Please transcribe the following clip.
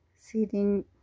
sitting